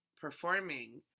performing